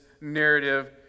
narrative